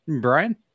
Brian